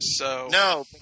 No